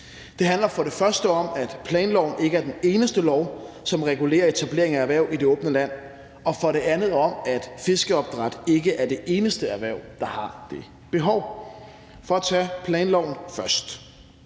Det handler for det første om, at planloven ikke er den eneste lov, som regulerer etableringen af erhverv i det åbne land, og for det andet om, at fiskeopdræt ikke er det eneste erhverv, der har det behov. For at tage planloven først,